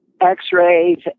X-rays